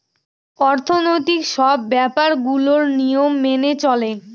অর্থনৈতিক সব ব্যাপার গুলোর নিয়ম মেনে চলে